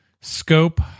Scope